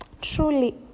truly